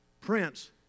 Prince